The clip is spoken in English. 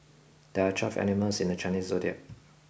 there are twelve animals in the Chinese zodiac